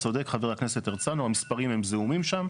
צודק, חבר הכנסת הרצנו, המספרים הם זעומים שם.